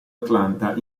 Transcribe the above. atlanta